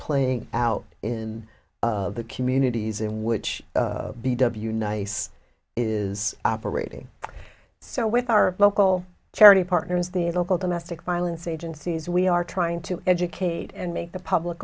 playing out in the communities in which b w nice is operating so with our local charity partners the local domestic violence agencies we are trying to educate and make the public